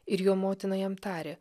ir jo motina jam tarė